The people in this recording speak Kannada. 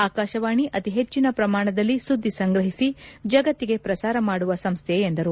ಆಕಾಶವಾಣಿ ಅತಿ ಹೆಚ್ಚಿನ ಪ್ರಮಾಣದಲ್ಲಿ ಸುದ್ದಿ ಸಂಗ್ರಹಿಸಿ ಜಗತ್ತಿಗೆ ಪ್ರಸಾರ ಮಾಡುವ ಸಂಸ್ಥೆ ಎಂದರು